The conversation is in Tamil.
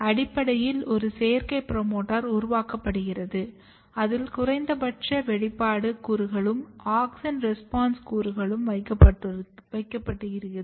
அடிப்படையில் ஒரு செயற்கை புரோமோட்டார் உருவாக்கப்படுகிறது அதில் குறைந்தபட்ச வெளிப்பாடு கூறுகளும் ஆக்ஸின் ரெஸ்பான்ஸ் கூறுகளும் வைக்கப்படுகிறது